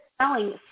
selling